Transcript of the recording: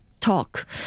talk